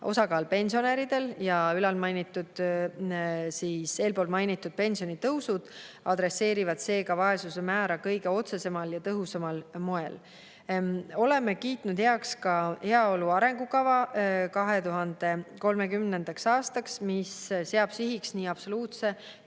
osakaal pensionäridel. Eelnimetatud pensionitõusud adresseerivad seega vaesuse määra kõige otsesemal ja tõhusamal moel. Oleme kiitnud heaks ka heaolu arengukava 2030. aastaks, mis seab sihiks nii absoluutse